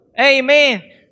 Amen